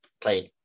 played